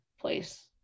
place